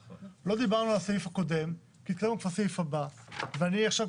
-"; "(2)המפורט בפסקה 1 וכן מבני משרדים למשרדי הממשלה,